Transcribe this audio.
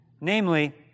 Namely